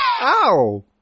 Ow